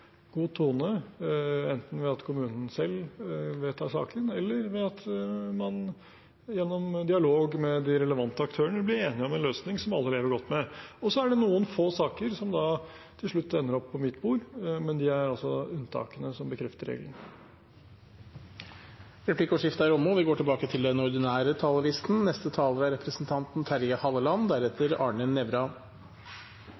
god tone, enten ved at kommunen selv vedtar saken, eller ved at man gjennom dialog med de relevante aktørene blir enig om en løsning som alle lever godt med. Så er det noen få saker som til slutt ender opp på mitt bord, men de er altså unntakene som bekrefter regelen. Replikkordskiftet er omme. De talerne som heretter får ordet, har også en taletid på inntil 3 minutt. Dette er